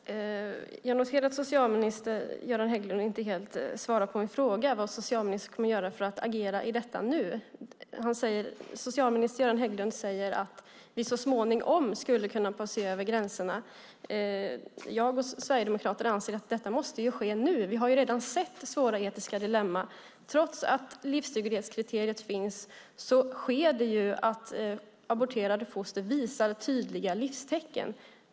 Fru talman! Jag noterar att socialminister Göran Hägglund inte helt svarar på min fråga: Vad kommer socialministern att göra för att agera i detta nu? Socialminister Göran Hägglund säger att vi så småningom skulle kunna se över gränserna. Jag och Sverigedemokraterna anser att detta måste ske nu . Vi har redan sett svåra etiska dilemman. Trots att livsduglighetskriteriet finns händer det att aborterade foster visar tydliga livstecken.